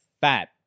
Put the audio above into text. fat